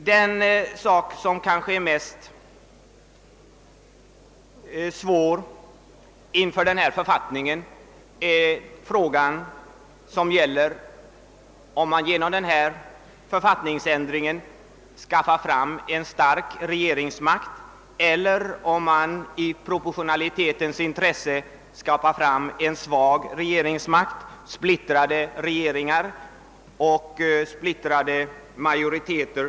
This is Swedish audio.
Den fråga som är svårast att besvara inför författningsreformen är huruvida man genom denna ändring skapar en stark regeringsmakt eller om man i proportionalitetens intresse skapar en svag regeringsmakt, splittrade regeringar och splittrade majoriteter.